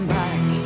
back